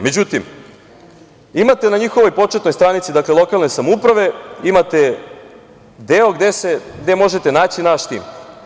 Međutim, imate na njihovoj početnoj stranici, dakle, „Lokalne samouprave“, imate deo gde možete naći naš tim.